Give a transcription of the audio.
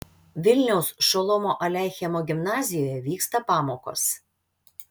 vilniaus šolomo aleichemo gimnazijoje vyksta pamokos